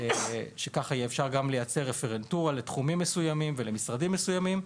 כדי שיהיה אפשר גם לייצר רפרנטורה לתחומים מסוימים ומשרדים מסוימים,